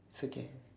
it's okay